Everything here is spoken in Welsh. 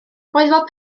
fel